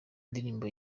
ndirimbo